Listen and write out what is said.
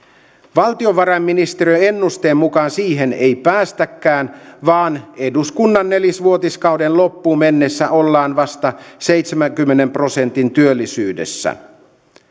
valtiovarainministeriön ennusteen mukaan siihen ei päästäkään vaan eduskunnan nelivuotiskauden loppuun mennessä ollaan vasta seitsemänkymmenen prosentin työllisyydessä